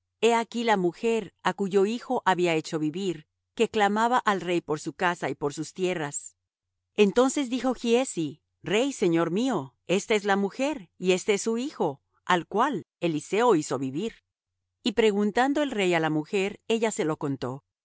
he aquí la mujer á cuyo hijo había hecho vivir que clamaba al rey por su casa y por sus tierras entonces dijo giezi rey señor mío esta es la mujer y este es su hijo al cual eliseo hizo vivir y preguntando el rey á la mujer ella se lo contó